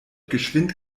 geschwind